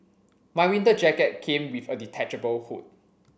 my winter jacket came with a detachable hood